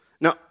Now